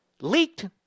leaked